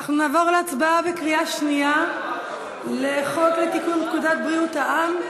נעבור להצבעה בקריאה שנייה על הצעת חוק לתיקון פקודת בריאות העם,